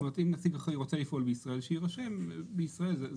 אם נציג רוצה לפעול בישראל, שיירשם בישראל.